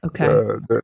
Okay